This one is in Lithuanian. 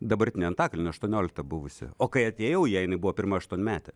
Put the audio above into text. dabartinė antakalnio aštuoniolikta buvusi o kai atėjau į ją jinai buvo pirma aštuonmetė